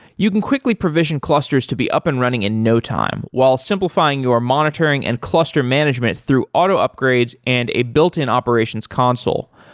you can quickly provision clusters to be up and running in no time while simplifying your monitoring and cluster management through auto upgrades and a built-in operations console.